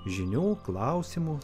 žinių klausimų